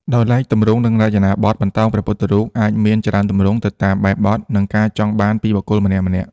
ដោយឡែក ទម្រង់ និងរចនាបថ បន្តោងព្រះពុទ្ធរូបអាចមានច្រើនទម្រង់ទៅតាមបែបបទ និងការចង់បានពីបុគ្គលម្នាក់ៗ។